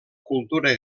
cultura